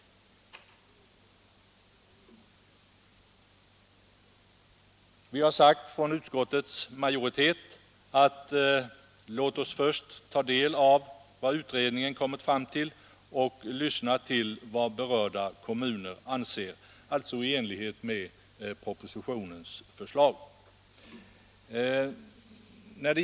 Vi har sagt från utskottets majoritet: Låt oss först ta del av vad utredningen kommer fram till och lyssna på vad berörda kommuner anser. Vi har alltså följt propositionens förslag.